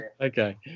Okay